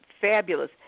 fabulous